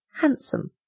handsome